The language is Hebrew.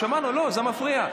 זה מפריע.